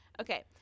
Okay